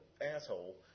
asshole